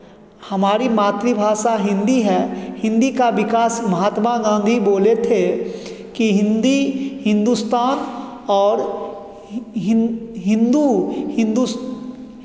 हमारी मातृभाषा हिन्दी है हिन्दी का विकास महात्मा गाँधी बोले थे कि हिन्दी हिंदुस्तान और हिन्दू हिंदुस्